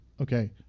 Okay